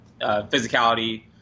physicality